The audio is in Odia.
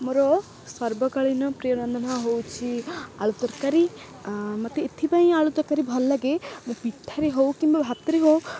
ମୋର ସର୍ବକାଳୀନ ପ୍ରିୟ ରନ୍ଧନ ହେଉଛି ଆଳୁ ତରକାରୀ ମୋତେ ଏଥିପାଇଁ ଆଳୁ ତରକାରୀ ଭଲ ଲାଗେ ମିଠାରେ ହେଉ କିମ୍ବା ଭାତରେ ହେଉ